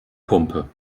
pumpe